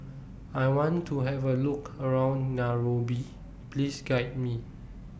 I want to Have A Look around Nairobi Please Guide Me